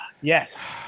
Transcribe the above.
Yes